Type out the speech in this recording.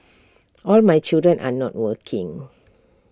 all my children are not working